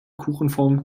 kuchenform